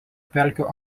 pelkių